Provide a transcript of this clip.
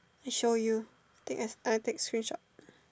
show you take a take a screenshot